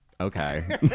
okay